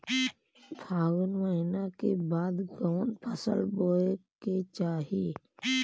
फागुन महीना के बाद कवन फसल बोए के चाही?